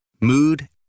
mood